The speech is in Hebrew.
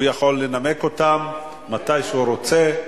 הוא יכול לנמק אותן בכל זמן שהוא רוצה.